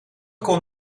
kon